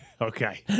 Okay